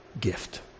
gift